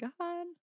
god